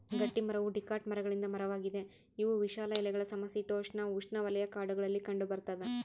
ಗಟ್ಟಿಮರವು ಡಿಕಾಟ್ ಮರಗಳಿಂದ ಮರವಾಗಿದೆ ಇವು ವಿಶಾಲ ಎಲೆಗಳ ಸಮಶೀತೋಷ್ಣಉಷ್ಣವಲಯ ಕಾಡುಗಳಲ್ಲಿ ಕಂಡುಬರ್ತದ